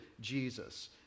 Jesus